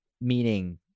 meaning-